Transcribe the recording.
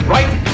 Right